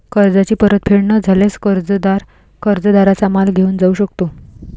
कर्जाची परतफेड न झाल्यास, कर्जदार कर्जदाराचा माल घेऊन जाऊ शकतो